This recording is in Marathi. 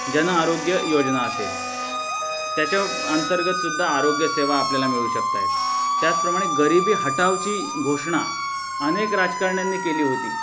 जन आरोग्य योजना असेल त्याच्या अंतर्गतसुद्धा आरोग्य सेवा आपल्याला मिळू शकत आहेत त्याचप्रमाणे गरीबी हटावची घोषणा अनेक राजकारण्यांनी केली होती